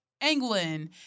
England